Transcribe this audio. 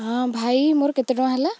ହଁ ଭାଇ ମୋର କେତେ ଟଙ୍କା ହେଲା